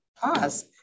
pause